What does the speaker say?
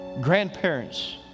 grandparents